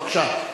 בבקשה.